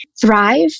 thrive